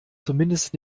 zumindest